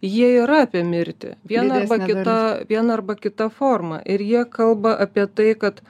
jie yra apie mirtį viena arba kita viena arba kita forma ir jie kalba apie tai kad